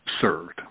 served